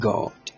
God